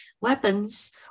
weapons